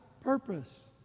purpose